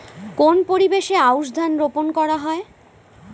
কোন পরিবেশে আউশ ধান রোপন করা হয়?